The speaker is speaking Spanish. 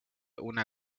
una